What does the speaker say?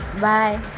bye